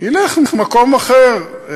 ילך למקום אחר.